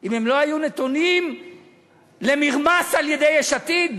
אם הם לא היו נתונים למרמס על-ידי יש עתיד?